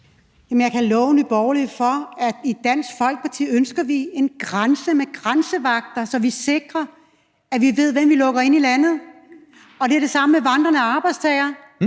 Jeg kan love Nye Borgerlige for, at i Dansk Folkeparti ønsker vi en grænse med grænsevagter, så vi sikrer, at vi ved, hvem vi lukker ind i landet, og det er det samme med vandrende arbejdstagere.